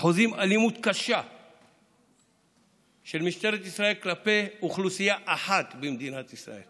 אלימות קשה של משטרת ישראל כלפי אוכלוסייה אחת במדינת ישראל.